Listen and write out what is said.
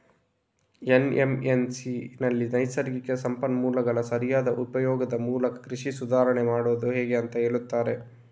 ಎನ್.ಎಂ.ಎಸ್.ಎನಲ್ಲಿ ನೈಸರ್ಗಿಕ ಸಂಪನ್ಮೂಲಗಳ ಸರಿಯಾದ ಉಪಯೋಗದ ಮೂಲಕ ಕೃಷಿ ಸುಧಾರಾಣೆ ಮಾಡುದು ಹೇಗೆ ಅಂತ ಹೇಳ್ತಾರೆ